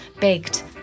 baked